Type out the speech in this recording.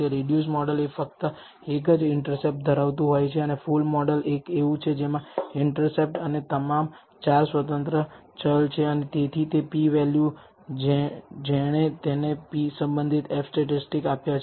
reduced model એ ફક્ત એક જ ઇન્ટરસેપ્ટર ધરાવતું હોય છે અને ફુલ મોડલ એક એવું છે જેમાં ઇન્ટરસેપ્ટ અને તમામ ચાર સ્વતંત્ર ચલ હોય છે અને તેથી તે p વેલ્યુ જેણે તેને સંબંધિત F સ્ટેટિસ્ટિક આપ્યા છે